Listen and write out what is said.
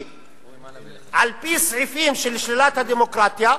כי על-פי סעיפים של שלילת הדמוקרטיה,